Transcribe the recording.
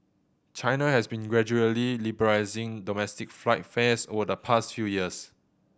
China has been gradually liberalising domestic flight fares over the past few years